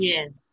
Yes